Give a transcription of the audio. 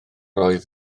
oedd